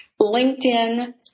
LinkedIn